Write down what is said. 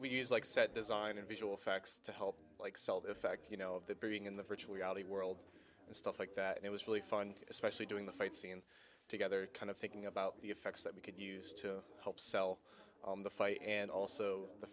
we use like set design and visual effects to help like sell the effect you know of that being in the virtual reality world and stuff like that and it was really fun especially doing the fight scene together kind of thinking about the effects that we could use to help sell the fight and also the